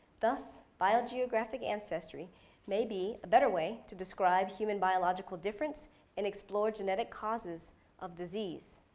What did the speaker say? thus, biogeographic ancestry may be a better way to describe human biological difference and explore genetic causes of disease.